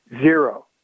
zero